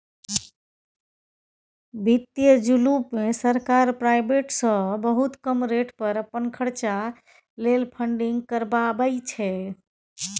बित्तीय जुलुम मे सरकार प्राइबेट सँ बहुत कम रेट पर अपन खरचा लेल फंडिंग करबाबै छै